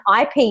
IP